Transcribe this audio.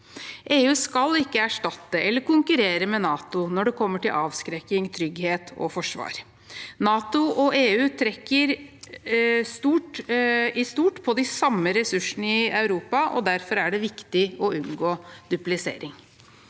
EU skal ikke erstatte eller konkurrere med NATO når det gjelder avskrekking, trygghet og forsvar. NATO og EU trekker i stort på de samme ressursene i Europa, og derfor er det viktig å unngå duplisering.